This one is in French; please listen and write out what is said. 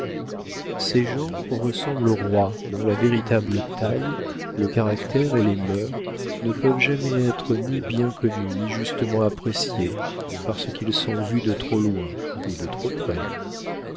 ces gens ressemblent aux rois dont la véritable taille le caractère et les mœurs ne peuvent jamais être ni bien connus ni justement appréciés parce qu'ils sont vus de trop loin ou de trop près